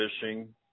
fishing